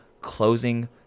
closing